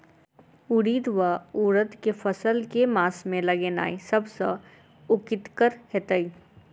उड़ीद वा उड़द केँ फसल केँ मास मे लगेनाय सब सऽ उकीतगर हेतै?